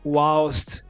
Whilst